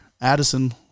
Addison